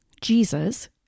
Jesus